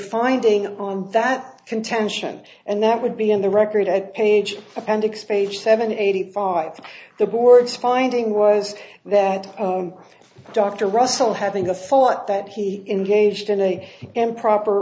finding on that contention and that would be in the record i page appendix page seven eighty five the board's finding was that own dr russell having the thought that he engaged in a improper